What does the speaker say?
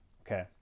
Okay